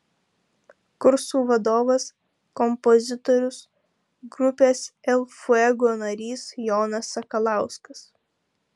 kursų vadovas kompozitorius grupės el fuego narys jonas sakalauskas